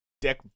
deck